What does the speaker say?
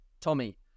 Tommy